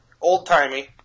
Old-timey